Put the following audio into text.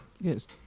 Yes